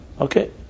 Okay